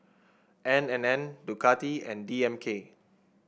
N and N Ducati and D M K